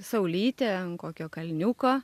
saulytę ant kokio kalniuko